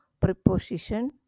preposition